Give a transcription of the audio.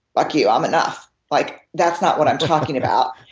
fuck you, i'm enough. like that's not what i'm talking about.